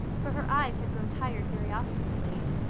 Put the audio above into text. for her eyes had grown tired very often of late.